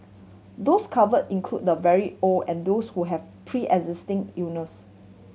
those cover include the very old and those who have preexisting illness